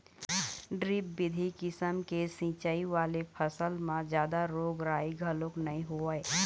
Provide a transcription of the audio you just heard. drip बिधि किसम के सिंचई वाले फसल म जादा रोग राई घलोक नइ होवय